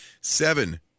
seven